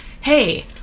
hey